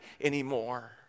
anymore